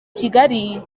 kigali